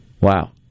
Wow